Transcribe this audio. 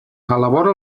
elabora